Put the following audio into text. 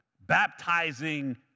baptizing